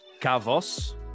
Kavos